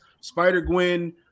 Spider-Gwen